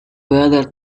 better